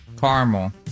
Caramel